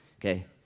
Okay